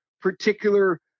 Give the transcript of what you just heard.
particular